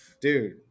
Dude